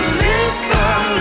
listen